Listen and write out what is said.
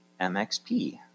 MXP